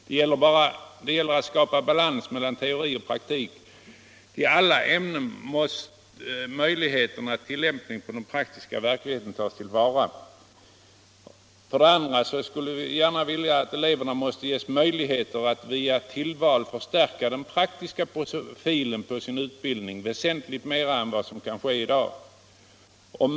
Det gäller att skapa balans mellan teori och praktik. I alla ämnen måste möjligheterna till tillämpning på den praktiska verkligheten tas till vara. 2. Eleverna måste ges möjligheter att via tillval förstärka den praktiska profilen på sin utbildning väsentligt mera än vad som kan ske i dag. 3.